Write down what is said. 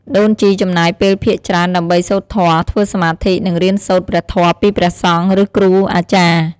ដូនជីចំណាយពេលភាគច្រើនដើម្បីសូត្រធម៌ ធ្វើសមាធិ និងរៀនសូត្រព្រះធម៌ពីព្រះសង្ឃ ឬគ្រូអាចារ្យ។